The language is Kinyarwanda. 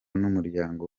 n’umuryango